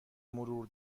مرور